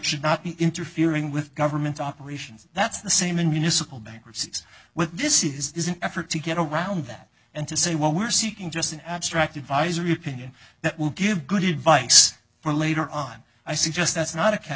should not be interfering with government operations that's the same in municipal bankruptcy as well this is an effort to get around that and to say well we're seeking just an abstract advisory opinion that will give good advice for later on i suggest that's not a cat